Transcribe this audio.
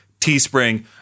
Teespring